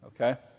Okay